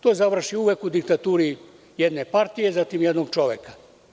To završi uvek u diktaturi jedne partije, zatim jednog čoveka.